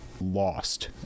lost